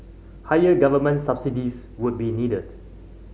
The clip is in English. higher government subsidies would be needed